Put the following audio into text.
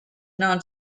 known